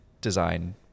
design